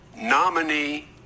nominee